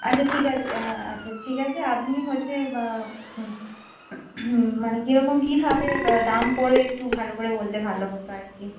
আচ্ছা ঠিক আছে আচ্ছা ঠিক আছে আপনি হচ্ছে মানে কিরকম কী তাহলে দাম পড়বে একটু ভালো করে বললে ভালো হতো আর কি